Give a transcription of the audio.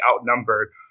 outnumbered